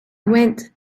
went